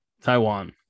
Taiwan